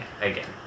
Again